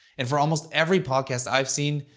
and for almost every podcast i've seen,